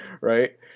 right